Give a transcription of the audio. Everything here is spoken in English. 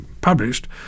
published